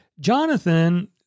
Jonathan